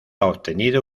obtenido